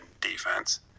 defense